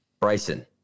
bryson